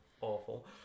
awful